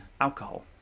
alcohol